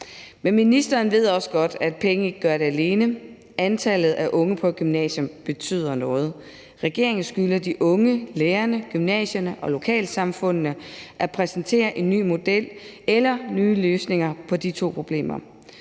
Men ministeren ved også godt, at penge ikke gør det alene. Antallet af unge på gymnasiet betyder noget. Regeringen skylder de unge, lærerne, gymnasierne og lokalsamfundene at præsentere en ny model eller nye løsninger på de to problemer.